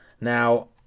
Now